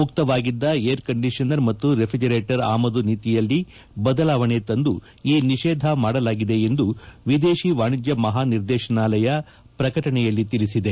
ಮುಕ್ತವಾಗಿದ್ದ air conditioner ಮತ್ತು ರೆಫ್ರಿಜೆಂಟ್ಗಳ ಆಮದು ನೀತಿಯಲ್ಲಿ ಬದಲಾವಣೆ ತಂದು ಈ ನಿಷೇಧ ಮಾಡಲಾಗಿದೆ ಎಂದು ವಿದೇಶಿ ವಾಣಿಜ್ಯ ಮಹಾನಿರ್ದೇಶನಾಲಯ ಪ್ರಕಟಣೆಯಲ್ಲಿ ತಿಳಿಸಿದೆ